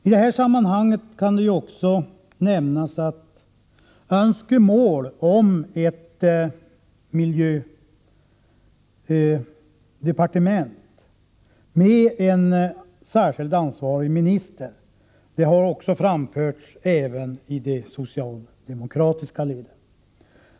I detta sammanhang kan också nämnas att önskemål om ett miljödepartement med en särskilt ansvarig minister också har framförts i de socialdemokratiska leden.